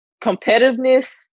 Competitiveness